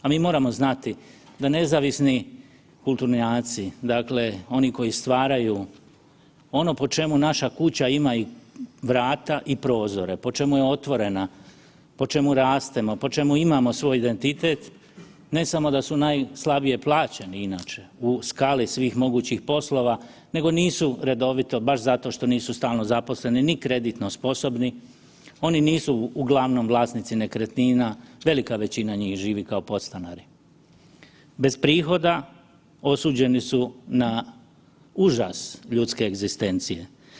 A mi moramo znati da nezavisni kulturnjaci, dakle oni koji stvaraju, ono po čemu naša kuća ima i vrata i prozore, po čemu je otvorena, po čemu rastemo, po čemu imamo svoj identitet, ne samo da su najslabije plaćeni inače u skali svih mogućih poslova nego nisu redovito baš zato što nisu stalno zaposleni ni kreditno sposobni, oni nisu uglavnom vlasnici nekretnina, velika većina njih živi kao podstanari, bez prihoda osuđeni su na užas ljudske egzistencije.